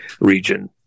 region